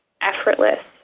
effortless